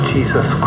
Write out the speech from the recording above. Jesus